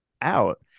out